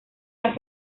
las